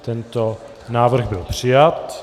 Tento návrh byl přijat.